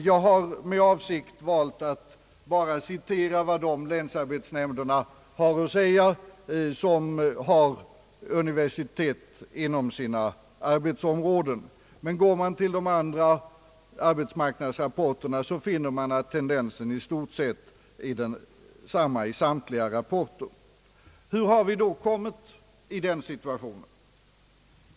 Jag har med avsikt valt att bara citera vad de länsarbetsnämnder säger, som har universitet inom sina arbetsområden, men går man till de andra arbetsmarknadsrapporterna finner man att tendensen i stort sett är likartad i samtliga rapporter. Hur har vi då kommit i denna situation?